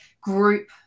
group